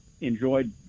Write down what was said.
enjoyed